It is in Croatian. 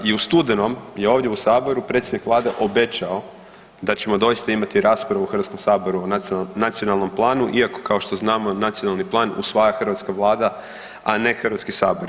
I u studenom je ovdje u saboru predsjednik Vlade obećao da ćemo doista imati raspravu u Hrvatskom saboru o nacionalnom planu iako kao što znamo nacionalni plan usvaja hrvatska Vlada, a ne Hrvatski sabor.